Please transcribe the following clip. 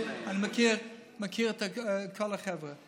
אני מכיר את כל החבר'ה.